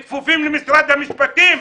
כפופים למשרד המשפטים.